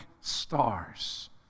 stars